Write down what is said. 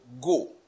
go